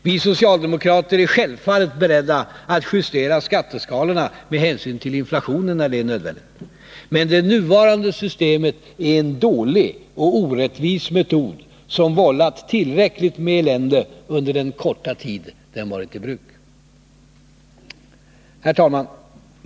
Vi socialdemokrater är självfallet beredda att justera skatteskalorna med hänsyn till inflationen när det är nödvändigt, men det nuvarande systemet är en dålig och orättvis metod, som vållat tillräckligt med elände under den korta tid den varit i bruk. Herr talman!